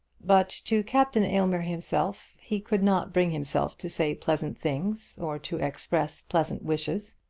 but to captain aylmer himself, he could not bring himself to say pleasant things or to express pleasant wishes.